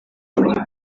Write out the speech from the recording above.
muri